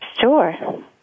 Sure